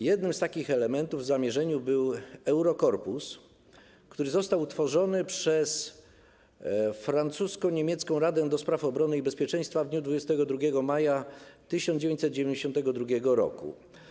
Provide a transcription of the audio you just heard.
Jednym z takich elementów w zamierzeniu był Eurokorpus, który został utworzony przez francusko-niemiecką Radę ds. Obrony i Bezpieczeństwa w dniu 22 maja 1992 r.